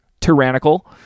tyrannical